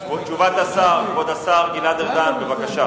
תשובת השר, כבוד השר גלעד ארדן, בבקשה.